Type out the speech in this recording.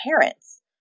parents